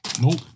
Nope